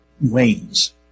wanes